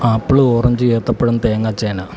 apple orange ഏത്തപ്പഴം തേങ്ങ ചേന